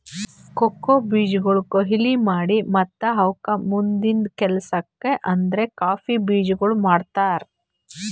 cocoa ಬೀಜಗೊಳ್ ಕೊಯ್ಲಿ ಮಾಡಿ ಮತ್ತ ಅವುಕ್ ಮುಂದಿಂದು ಕೆಲಸಕ್ ಅಂದುರ್ ಕಾಫಿ ಬೀಜಗೊಳ್ ಮಾಡ್ತಾರ್